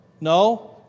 No